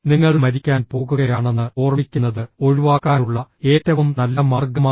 നിങ്ങൾ മരിക്കാൻ പോകുകയാണെന്ന് ഓർമ്മിക്കുന്നത് ഒഴിവാക്കാനുള്ള ഏറ്റവും നല്ല മാർഗമാണ്